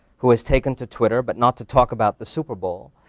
who has taken to twitter, but not to talk about the super bowl,